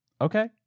Okay